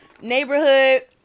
neighborhood